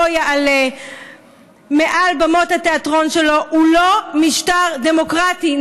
לא יעלה מעל במות התיאטרון שלו הוא לא משטר דמוקרטי.